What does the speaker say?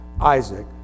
Isaac